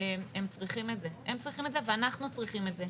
הם צריכים את זה ואנחנו צריכים את זה,